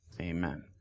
Amen